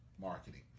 marketing